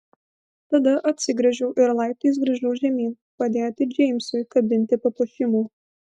tada apsigręžiau ir laiptais grįžau žemyn padėti džeimsui kabinti papuošimų